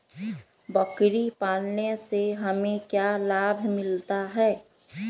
बकरी पालने से हमें क्या लाभ मिलता है?